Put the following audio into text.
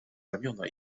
ramiona